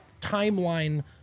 timeline